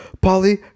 Polly